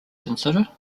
consider